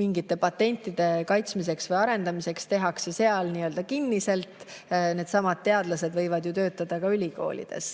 mingite patentide kaitsmiseks või arendamiseks, tehakse seal nii-öelda kinniselt. Needsamad teadlased võivad ju töötada ka ülikoolides.